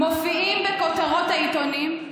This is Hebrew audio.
מופיעים בכותרות העיתונים,